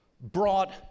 brought